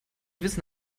wissen